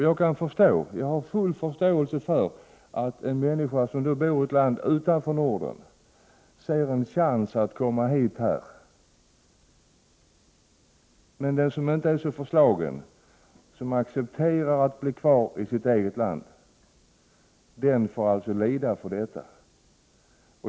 Jag har full förståelse för att en människa som bor i ett land utanför Norden ser en chans att komma hit till Sverige. Men den som inte är så förslagen, den som accepterar att bli kvar i sitt eget land, får alltså lida för detta.